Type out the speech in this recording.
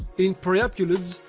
in priapulids,